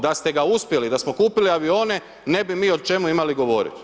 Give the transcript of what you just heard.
Da ste ga uspjeli, da smo kupili avione, ne bi mi o čemu imali govoriti.